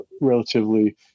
relatively